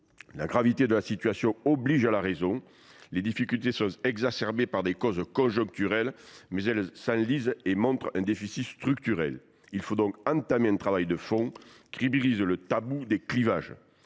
La gravité de la situation oblige à la raison. Les difficultés sont exacerbées par des causes conjoncturelles, mais elles s’enlisent et montrent un déficit structurel. Il faut donc entamer un travail de fond qui brise le tabou des clivages.